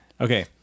Okay